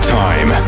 time